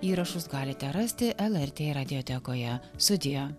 įrašus galite rasti lrt radiotekoje sudie